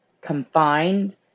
confined